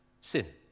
sin